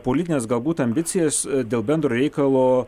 politines galbūt ambicijas dėl bendro reikalo